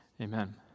Amen